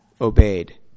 obeyed